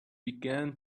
began